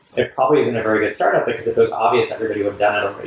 they're probably isn't a very good startup, because if it's obvious, everybody would've done